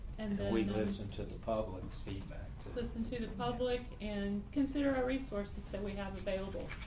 and we listen to the public's feedback to listen to the public and consider our resources that we have available.